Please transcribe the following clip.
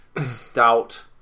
stout